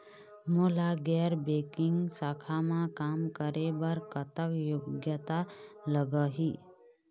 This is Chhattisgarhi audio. मोला गैर बैंकिंग शाखा मा काम करे बर कतक योग्यता लगही?